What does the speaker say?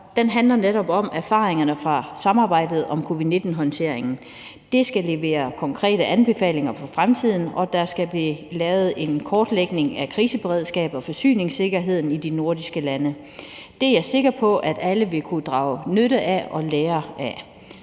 Den handler netop om erfaringerne fra samarbejdet om covid-19-håndteringen. Det arbejde skal levere konkrete anbefalinger for fremtiden, og der skal laves en kortlægning af kriseberedskabet og forsyningssikkerheden i de nordiske lande. Det er jeg sikker på at alle vil kunne drage nytte af og lære af.